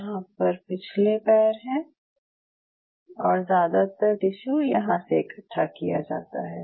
यहाँ पर पिछले पैर हैं और ज़्यादातर टिश्यू यहाँ से इकट्ठा किया जाता है